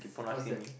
what's that